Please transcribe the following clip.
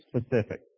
specific